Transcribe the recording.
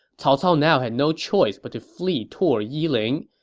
cao cao now had no choice but to flee toward yiling.